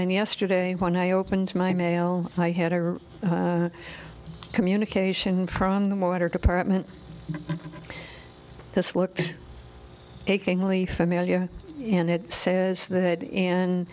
then yesterday when i opened my mail i had a communication from the water department this looked achingly familiar and it says that and